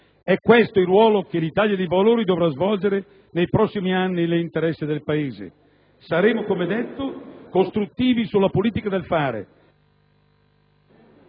È questo il ruolo che l'Italia dei Valori dovrà svolgere nei prossimi anni nell'interesse del Paese. Saremo costruttivi sulla politica del fare,